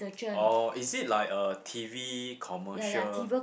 oh is it like a T_V commercial